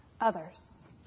others